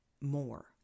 more